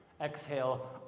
Exhale